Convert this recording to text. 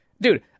dude